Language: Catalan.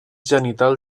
genital